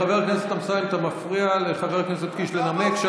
חבר הכנסת אמסלם, אתה מפריע לחבר הכנסת קיש לנמק.